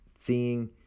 seeing